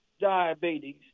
diabetes